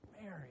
Mary